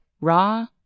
Raw